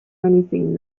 anything